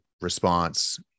response